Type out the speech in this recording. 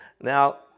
Now